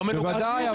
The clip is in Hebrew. בוודאי.